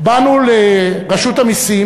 באנו לרשות המסים,